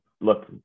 look